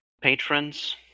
patrons